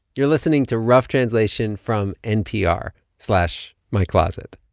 you're listening to rough translation from npr slash my closet.